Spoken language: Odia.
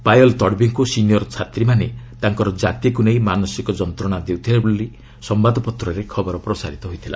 ପାୟଲ୍ ତଡ଼ବିଙ୍କୁ ସିନିୟର୍ ଛାତ୍ରୀମାନେ ତାଙ୍କର କାତିକୁ ନେଇ ମାନସିକ ଯନ୍ତ୍ରଣା ଦେଉଥିଲେ ବୋଲି ସମ୍ଘାଦପତ୍ରରେ ଖବର ପ୍ରସାରିତ ହୋଇଥିଲା